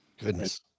Goodness